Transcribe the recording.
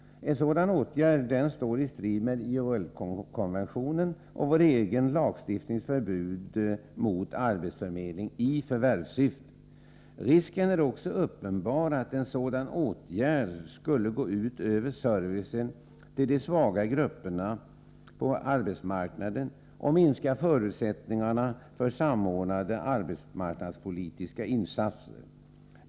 En sådan åtgärd står i strid med ILO konventioner och vår egen lagstiftnings förbud mot arbetsförmedling i förvärvssyfte. Risken är också uppenbar att en sådan åtgärd skulle gå ut över servicen till de svaga grupperna på arbetsmarknaden och minska förutsättningarna för samordnade arbetsmarknadspolitiska insatser.